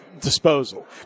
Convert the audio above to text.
disposal